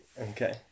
Okay